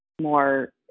more